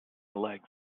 legs